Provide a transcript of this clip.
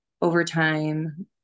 Overtime